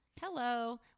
Hello